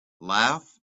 laugh